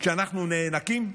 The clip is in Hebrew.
כשאנחנו נאנקים?